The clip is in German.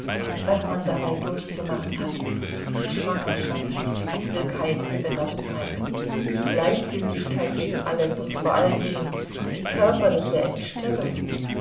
was man dabei durchzumachen hat die schwangerschaft die übelkeit die benommenheit die gleichgültigkeit gegen alles und vor allen dingen die körperliche entstellung